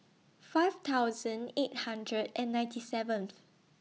five thousand seven eight hundred and ninety seventh